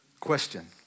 Question